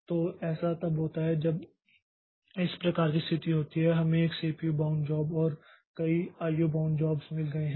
तो ऐसा तब होता है जब इस प्रकार की स्थिति होती है कि हमें एक सीपीयू बाउंड जॉब और कई आईओ बाउंड जॉब्स मिल गए हैं